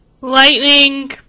Lightning